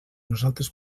nosaltres